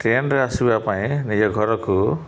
ଟ୍ରେନ୍ରେ ଆସିବା ପାଇଁ ନିଜ ଘରକୁ